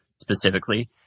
specifically